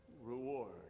reward